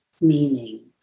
meaning